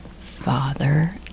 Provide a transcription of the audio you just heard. father